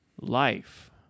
life